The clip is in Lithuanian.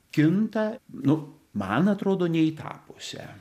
kinta nu man atrodo ne į tą pusę